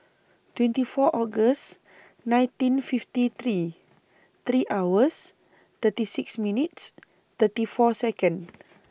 twenty four August nineteen fifty three three hours thirty six minutes thirty four Second